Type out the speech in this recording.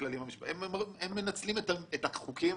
מנצלים את החוקים